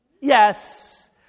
Yes